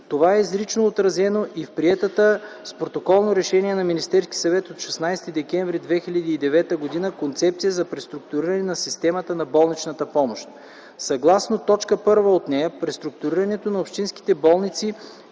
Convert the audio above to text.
Това е изрично отразено и в приетата с Протоколно решение на Министерския съвет от 16 декември 2009 г. Концепция за преструктуриране на системата на болничната помощ. Съгласно т. 1 от нея преструктурирането на общинските болници